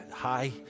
hi